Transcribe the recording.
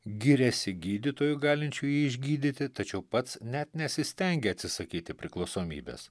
giriasi gydytoju galinčiu jį išgydyti tačiau pats net nesistengia atsisakyti priklausomybės